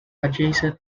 adjacent